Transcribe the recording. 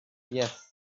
yes